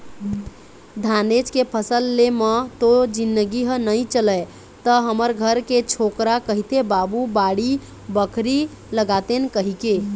धानेच के फसल ले म तो जिनगी ह नइ चलय त हमर घर के छोकरा कहिथे बाबू बाड़ी बखरी लगातेन कहिके